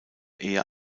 eher